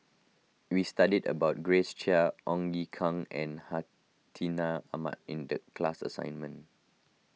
we studied about Grace Chia Ong Ye Kung and Hartinah Ahmad in the class assignment